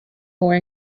more